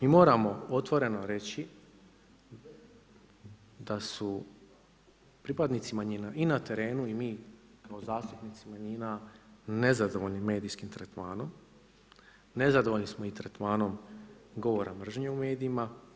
I moramo otvoreno reći da su pripadnici manjina i na terenu i mi kao zastupnici manjina nezadovoljni medijskim tretmanom, nezadovoljni smo i tretmanom govora mržnje u medijima.